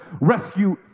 rescue